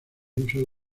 uso